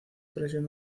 presión